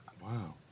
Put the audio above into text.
Wow